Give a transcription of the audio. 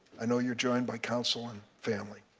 i know you are joined by counsel and family.